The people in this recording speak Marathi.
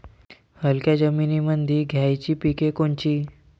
हलक्या जमीनीमंदी घ्यायची पिके कोनची?